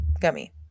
gummy